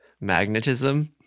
magnetism